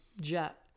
jet